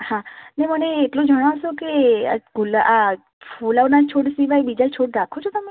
હા અને મને એટલું જણાવશો કે આ ગુલા આ ગુલાબના છોડ સિવાય બીજા છોડ રાખો છો તમે